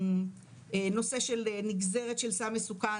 נושא של נגזרת של סם מסוכן,